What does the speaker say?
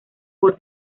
por